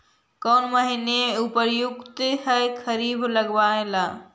कौन महीना उपयुकत है खरिफ लगावे ला?